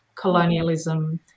colonialism